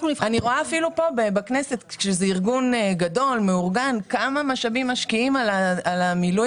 אני רואה בכנסת - וזה ארגון גדול ומאורגן - כמה משאבים משקיעים במילוי